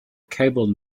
cable